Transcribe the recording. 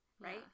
right